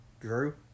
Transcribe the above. Drew